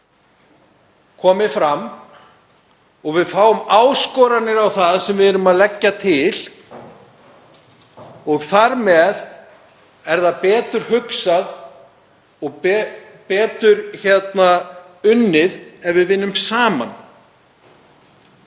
komi fram og við fáum áskoranir í tengslum við það sem við erum að leggja til. Þar með er það betur hugsað og betur unnið, ef við vinnum saman.